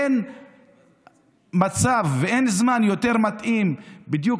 אין מצב ואין זמן יותר מתאימים בדיוק